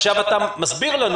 עכשיו, אתה מסביר לנו